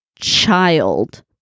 child